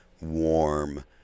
warm